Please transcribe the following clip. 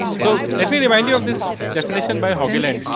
so, let me remind you of this definition by hogiland.